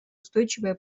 устойчивая